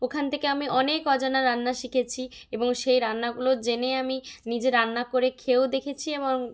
ওখান থেকে আমি অনেক অজানা রান্না শিখেছি এবং সেই রান্নাগুলো জেনে আমি নিজে রান্না করে খেয়েও দেখেছি এবং